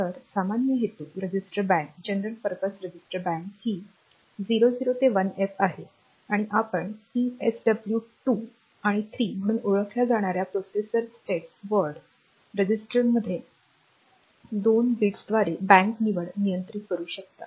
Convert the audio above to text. तर सामान्य हेतू रजिस्टर बँक ही 00 ते 1F आहे आणि आपण पीएसडब्ल्यू 2 आणि 3 म्हणून ओळखल्या जाणार्या प्रोसेसर स्टेटस वर्ड रजिस्टरमध्ये दोन बिट्सद्वारे बँक निवड नियंत्रित करू शकता